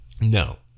no